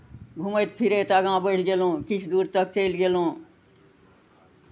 घुमैत फिरैत आगाँ बढ़ि गेलहुँ किछु दूर तक चलि गेलहुँ